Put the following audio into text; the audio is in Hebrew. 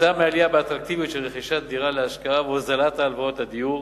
כתוצאה מעלייה באטרקטיביות של רכישת דירה להשקעה והוזלת ההלוואות לדיור